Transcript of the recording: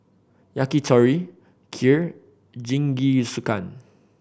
Yakitori Kheer Jingisukan